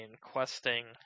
questing